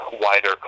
wider